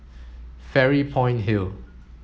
Fairy Point Hill